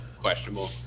Questionable